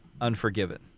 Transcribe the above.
Unforgiven